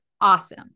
Awesome